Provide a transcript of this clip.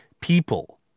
people